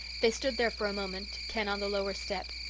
they stood there for a moment, ken on the lower step.